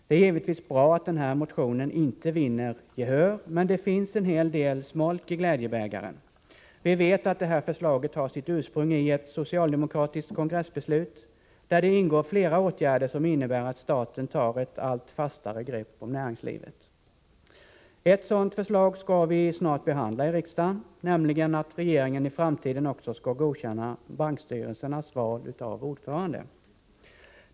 Det är givetvis bra att motionen inte vinner gehör. Men det finns en hel del smolk i glädjebägaren. Vi vet att förslaget har sitt ursprung i ett socialdemokratiskt kongressbeslut, där det ingår flera åtgärder som innebär att staten tar ett allt fastare grepp om näringslivet. Ett sådant förslag skall vi snart behandla i riksdagen, nämligen att regeringen i framtiden också skall godkänna bankstyrelsernas val av ordförande.